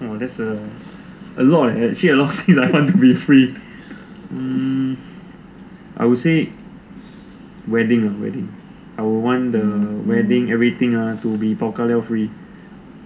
!wah! that's a actually a lot eh a lot of things I want to be free hmm I would say wedding ah wedding I would want the wedding everything ah to be bao ka liao